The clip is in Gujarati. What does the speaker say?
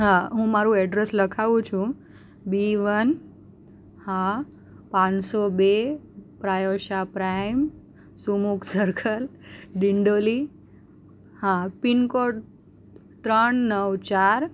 હા હું મારું એડ્રેસ લખાવું છું બીવન હા પાંચસો બે પ્રાયોસા પ્રાઇમ સુમુખ સર્કલ ડીંડોલી હા પિનકોડ ત્રણ નવ ચાર